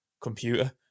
computer